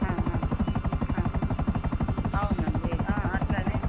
అవునండి అట్లానే